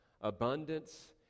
abundance